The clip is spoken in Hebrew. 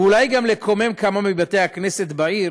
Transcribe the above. ואולי גם לקומם כמה מבתי-הכנסת בעיר